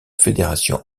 fédération